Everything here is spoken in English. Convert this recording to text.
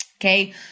okay